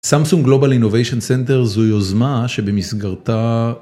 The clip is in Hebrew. Samsung Global Innovation Center זו יוזמה שבמסגרתה...